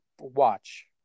watch